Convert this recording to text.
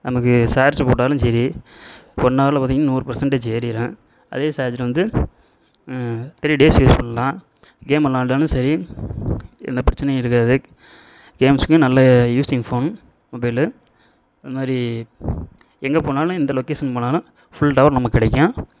நமக்கு சார்ஜ் போட்டாலும் சரி ஒன் ஹாரில் பார்த்தீங்கன்னா நூறு பர்சண்ட்டேஜ் ஏறிடும் அதே சார்ஜர் வந்து த்ரீ டேஸ் யூஸ் பண்ணலாம் கேம் வெள்ளாண்டாலும் சரி எந்த பிரச்சினையும் இருக்காது கேம்ஸுக்கும் நல்ல யூசிங் ஃபோன் மொபைலு அந்த மாதிரி எங்கே போனாலும் எந்த லொக்கேஷனுக்கு போனாலும் ஃபுல் டவர் நமக்கு கிடைக்கும்